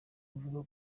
avuga